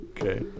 Okay